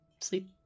Sleep